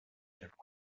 everyone